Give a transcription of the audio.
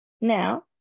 Now